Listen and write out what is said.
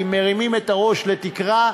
אם מרימים את הראש לתקרה,